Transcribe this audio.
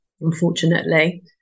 unfortunately